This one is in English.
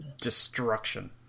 destruction